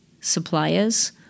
suppliers